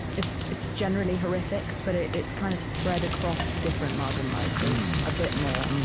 it's, it's generally horrific, but ah it's kind of spread across different marginalized groups a bit more.